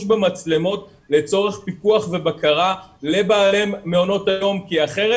במצלמות לצורך פיקוח ובקרה לבעלי מעונות היום כי אחרת